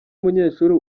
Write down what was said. umunyeshuri